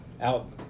out